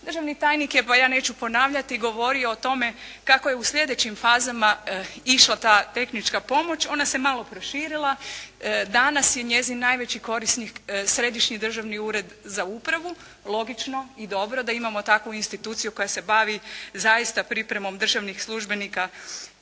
Državni tajnik je, pa ja neću ponavljati govorio o tome kako je u slijedećim fazama išla ta tehnička pomoć. Ona se malo proširila. Danas je njezin najveći korisnik Središnji državni ured za upravu. Logično i dobro da imamo takvu instituciju koja se bavi zaista pripremom državnih službenika